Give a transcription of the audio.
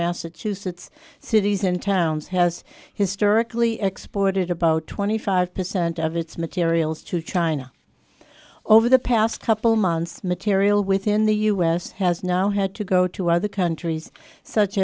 massachusetts cities and towns has historically exported about twenty five percent of its materials to china over the past couple months material within the us has now had to go to other countries such